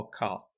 podcast